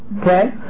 Okay